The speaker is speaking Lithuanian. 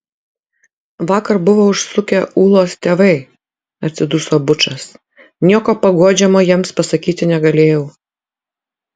vakar buvo užsukę ūlos tėvai atsiduso bučas nieko paguodžiamo jiems pasakyti negalėjau